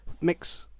mix